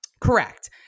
Correct